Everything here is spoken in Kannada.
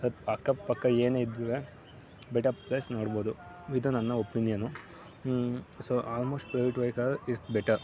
ಅದು ಅಕ್ಕ ಪಕ್ಕ ಏನೇ ಇದ್ದರೂ ಬೆಟರ್ ಪ್ಲೇಸ್ ನೋಡ್ಬೋದು ಇದು ನನ್ನ opinion so almost private vehicle is better